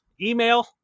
Email